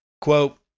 Quote